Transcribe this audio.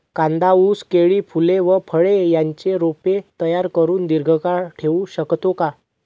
कांदा, ऊस, केळी, फूले व फळे यांची रोपे तयार करुन दिर्घकाळ ठेवू शकतो का?